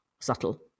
subtle